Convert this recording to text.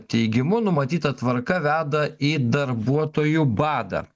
teigimu numatyta tvarka veda į darbuotojų badą